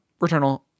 Returnal